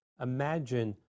Imagine